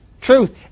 truth